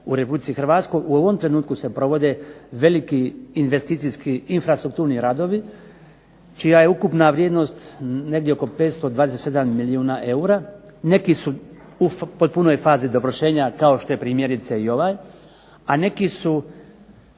u Republici Hrvatskoj u ovom trenutku se provode veliki investicijski infrastrukturni radovi, čija je ukupna vrijednost negdje oko 527 milijuna eura, neki su u punoj fazi dovršenja, kao što je primjerice i ovaj, a neki su